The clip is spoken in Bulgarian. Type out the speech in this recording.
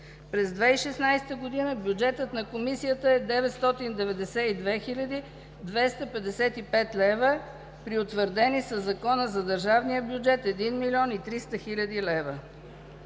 През 2016 г. бюджетът на Комисията е 992 255 лева при утвърдени със Закона за държавния бюджет 1 300 000 лева.